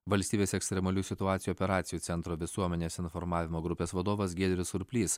valstybės ekstremalių situacijų operacijų centro visuomenės informavimo grupės vadovas giedrius surplys